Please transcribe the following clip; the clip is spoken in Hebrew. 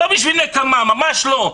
לא בשביל נקמה, ממש לא.